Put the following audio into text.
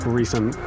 recent